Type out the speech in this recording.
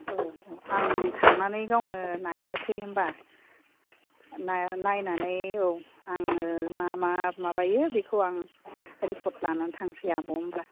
ओ ओ आं थांनानै गावनो नायनोसै होनबा नायनानै औ आङो मा मा माबायो बेखौ आं रिपर्ट लानानै थांसै आब' होनबा